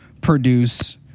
produce